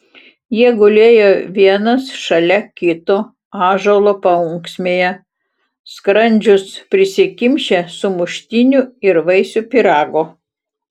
jie gulėjo vienas šalia kito ąžuolo paunksmėje skrandžius prisikimšę sumuštinių ir vaisių pyrago